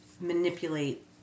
manipulate